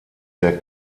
der